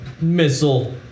missile